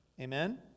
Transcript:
Amen